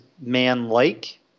man-like